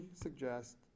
suggest